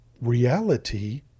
reality